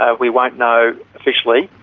ah we won't know officially.